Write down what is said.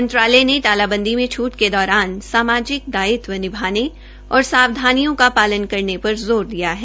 मंत्रालय ने तालाबंदी में छूट के दौरान सामाजिक दायित्व निभाने और सावधानियों का पालन करने पर ज़ोर दिया है